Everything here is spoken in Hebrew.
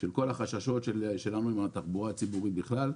ובכל החששות שלנו מהתחבורה הציבורית בכלל.